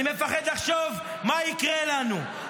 אני מפחד לחשוב מה יקרה לנו.